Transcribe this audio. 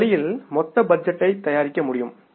இந்த வழியில் மொத்த பட்ஜெட்டை தயாரிக்க முடியும்